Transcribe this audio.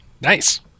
Nice